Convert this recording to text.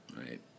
right